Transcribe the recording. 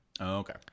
Okay